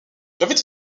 l’avait